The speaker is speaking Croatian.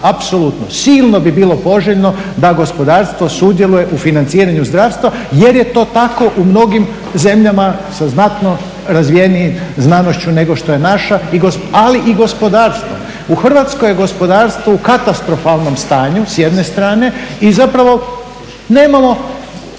apsolutno silno bi bilo poželjno da gospodarstvo sudjeluje u financiranju zdravstva jer je to tako u mnogim zemljama sa znatno razvijenijom znanošću nego što je naša, ali i gospodarstva. U Hrvatskoj je gospodarstvo u katastrofalnom stanju s jedne strane i nemamo